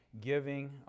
giving